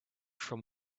from